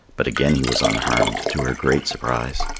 but again he was unharmed, to her great surprise.